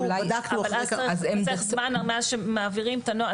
אבל אז צריך זמן ממש כשמעבירים את הנוהל.